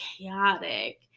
chaotic